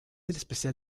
especial